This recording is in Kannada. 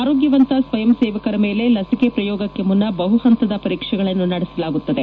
ಆರೋಗ್ಕವಂತ ಸ್ವಯಂ ಸೇವಕರ ಮೇಲೆ ಲಸಿಕೆ ಪ್ರಯೋಗಕ್ಕೆ ಮುನ್ನ ಬಹು ಹಂತದ ಪರೀಕ್ಷೆಗಳನ್ನು ನಡೆಸಲಾಗುತ್ತದೆ